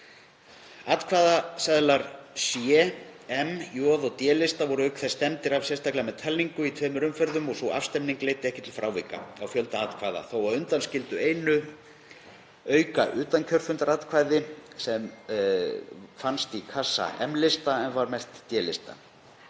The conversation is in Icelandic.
Atkvæðaseðlar C-, M-, J- og D-lista voru auk þessa stemmdir af með talningu í tveimur umferðum en sú afstemming leiddi ekki til frávika, í fjölda atkvæða, þó að undanskildu einu aukautankjörfundaratkvæði sem fannst í kassa M-lista en var merkt D-lista.